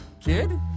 kid